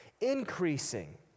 increasing